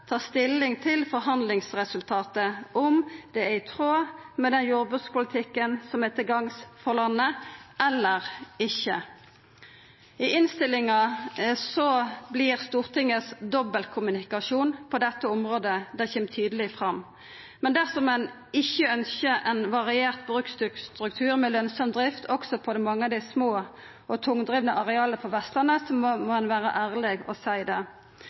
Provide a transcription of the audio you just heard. ta stilling til forhandlingsresultatet, om det er i tråd med den jordbrukspolitikken som er til gagn for landet, eller ikkje. I innstillinga kjem Stortingets dobbeltkommunikasjon på dette området tydeleg fram. Men dersom ein ikkje ønskjer ein variert bruksstruktur med lønsam drift også på mange av dei små og tungdrivne areala på Vestlandet, må ein vera ærleg og seia det. Ut frå Senterpartiets program meiner eg at ein må